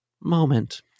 moment